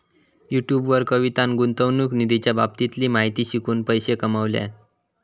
YouTube वर कवितान गुंतवणूक निधीच्या बाबतीतली माहिती शिकवून पैशे कमावल्यान